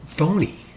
phony